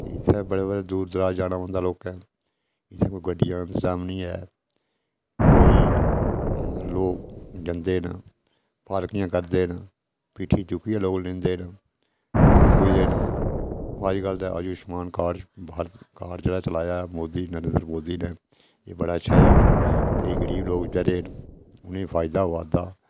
की के इत्थै बड़े दूर दराज जाना पौंदा लोकें जित्थै कोई गड्डियै दा इंतजाम निं ऐ कोई लोक जंदे न पालकियां करदे न पिट्ठी चुक्कियै लोक लैंदे न ते दूर पुजदे न अजकल ते आयुषमान कार्ड जेह्का चलाया ऐ मोदी नै मोदी नै एह् बड़ा अच्छा ऐ केईं गरीब लोग बचारे उ'नें गी फायदा होआ दा